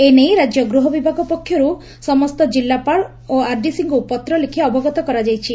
ଏ ନେଇ ରାଜ୍ୟ ଗୃହ ବିଭାଗ ପକ୍ଷରୁ ସମସ୍ତ କିଲ୍ଲାପାଳ ଓ ଆରଡିସିଙ୍କୁ ପତ୍ର ଲେଖ୍ ଅବଗତ କରାଯାଇଛି